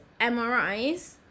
MRIs